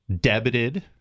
debited